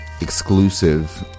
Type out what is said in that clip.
exclusive